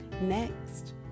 Next